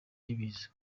y‘ibiza